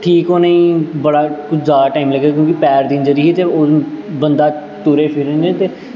ठीक होने गी बड़ा जादा टाईम लग्गेआ क्योंकि पैर दी इंजरी ही ते बंदा टुरै फिरै निं ते